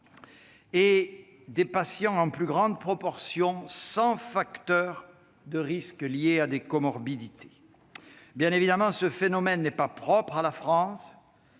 jeunes et, en plus grande proportion, des patients sans facteur de risque lié à des comorbidités. Bien évidemment, ce phénomène n'est pas propre à la France